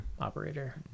operator